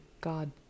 God